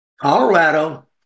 Colorado